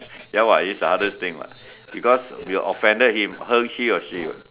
ya what this is the hardest thing what because we offended he or she what